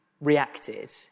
reacted